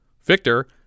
Victor